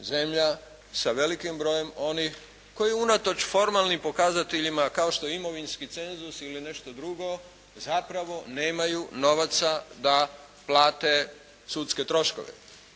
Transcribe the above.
zemlja sa velikim brojem onih koji unatoč formalnim pokazateljima kao što je imovinski cenzus ili nešto drugo zapravo nemaju novaca da plate sudske troškove,